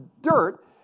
dirt